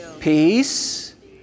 Peace